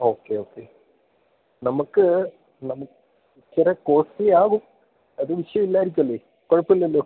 okay okay നമുക്ക് നമുക്ക് ഇച്ചിരി കോസ്റ്റ്ലിയാകും അത് വിഷയം ഇല്ലായിരിക്കും അല്ലേ കുഴപ്പം ഇല്ലല്ലോ